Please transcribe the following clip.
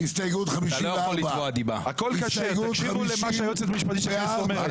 אתה יכול להסתלבט כמה שאתה רוצה,